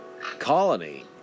Colony